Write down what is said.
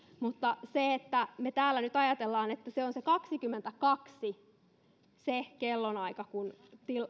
mutta se että me täällä nyt ajattelemme että kaksikymmentäkaksi on se kellonaika kun